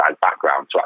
background